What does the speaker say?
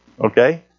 Okay